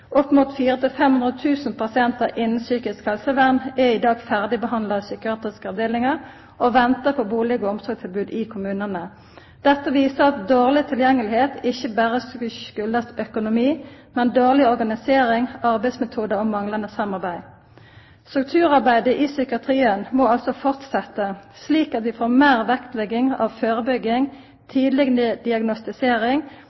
Opp mot 400 000–500 000 pasientar innan psykisk helsevern er i dag ferdigbehandla i psykiatriske avdelingar og ventar på bustad og omsorgstilbod i kommunane. Dette viser at dårleg tilgjengelegheit ikkje berre skuldast økonomi, men dårleg organisering og arbeidsmetodar og manglande samarbeid. Strukturarbeidet i psykiatrien må altså fortsetja, slik at vi får meir vektlegging av førebygging,